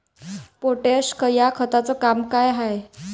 Potash या खताचं काम का हाय?